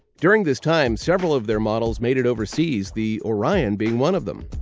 during this time, several of their models made it overseas, the orion being one of them.